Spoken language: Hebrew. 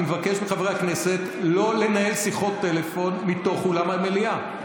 אני מבקש מחברי הכנסת לא לנהל שיחות טלפון מתוך אולם המליאה.